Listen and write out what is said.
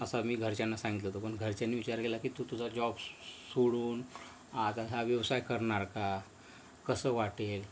असं मी घरच्यांना सांगितलं होतं पण घरच्यांनी विचार केला की तू तुझा जॉब सो सो सोडून हा आता हा व्यवसाय करणार का कसं वाटेल